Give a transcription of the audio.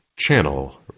Channel